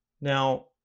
Now